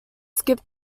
skip